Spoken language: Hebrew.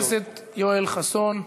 חבר הכנסת יואל חסון,